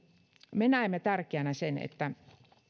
me näemme tärkeänä sen